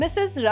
Mrs